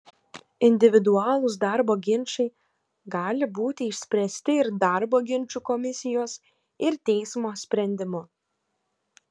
individualūs darbo ginčai gali būti išspręsti ir darbo ginčų komisijos ir teismo sprendimu